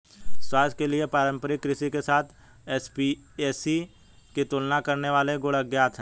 स्वास्थ्य के लिए पारंपरिक कृषि के साथ एसएपीएस की तुलना करने वाले गुण अज्ञात है